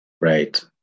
right